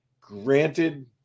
granted